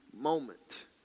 moment